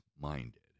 minded